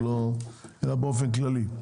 אלא באופן כללי.